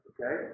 Okay